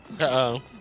Uh-oh